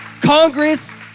Congress